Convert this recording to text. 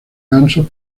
gansos